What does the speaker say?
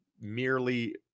merely